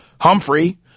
Humphrey